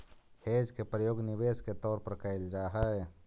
hedge के प्रयोग निवेश के तौर पर कैल जा हई